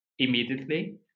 immediately